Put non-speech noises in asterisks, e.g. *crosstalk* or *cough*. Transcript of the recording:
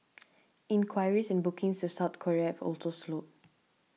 *noise* inquiries and bookings to South Korea have also slowed